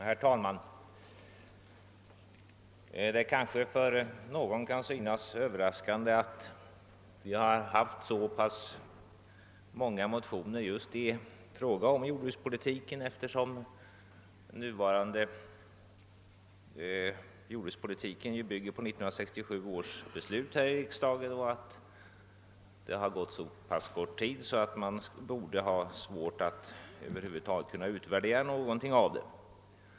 Herr talman! Det kanske för någon kan synas överraskande att det väckts så många motioner i fråga om jordbrukspolitiken. Den nuvarande jordbrukspolitiken bygger ju på 1967 års beslut här i riksdagen, och det har gått så kort tid att man borde ha svårt att göra utvärderingar.